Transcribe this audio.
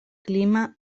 klima